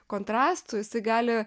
kontrastų jisai gali